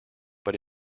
but